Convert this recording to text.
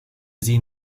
sie